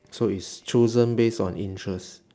so it's chosen based on interest